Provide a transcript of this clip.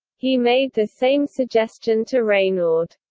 he made the same suggestion to reynaud.